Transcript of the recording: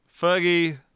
Fergie